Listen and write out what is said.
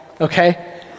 okay